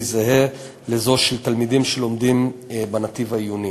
זהה לזו של תלמידים שלומדים בנתיב העיוני.